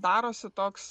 darosi toks